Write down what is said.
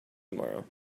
tomorrow